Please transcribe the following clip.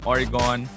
Oregon